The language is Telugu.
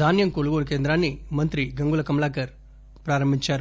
ధాన్యం కొనుగోలు కేంద్రాన్ని మంత్రి గంగుల కమలాకర్ జిల్లా ప్రారంభించారు